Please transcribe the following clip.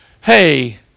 Hey